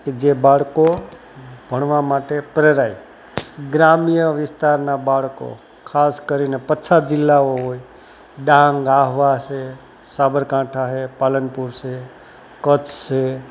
કે જે બાળકો ભણવા માટે પ્રેરાય ગ્રામ્ય વિસ્તારના બાળકો ખાસ કરીને પછાત જિલ્લાઓ હોય ડાંગ આહવા છે સાબરકાંઠા છે પાલનપુર છે કચ્છ છે